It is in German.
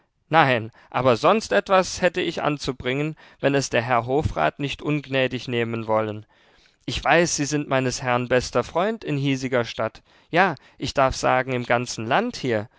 nein aber sonst etwas hätte ich anzubringen wenn es der herr hofrat nicht ungnädig nehmen wollen ich weiß sie sind meines herrn bester freund in hiesiger stadt ja ich darf sagen im ganzen land hier